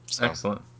Excellent